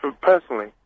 Personally